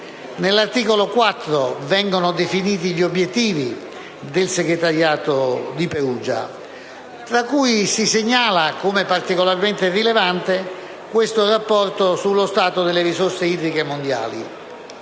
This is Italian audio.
del Protocollo vengono definiti gli obiettivi del Segretariato di Perugia, tra cui si segnala come particolarmente rilevante il rapporto sullo stato delle risorse idriche mondiali